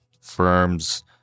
firms